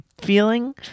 feeling